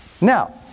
Now